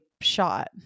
shot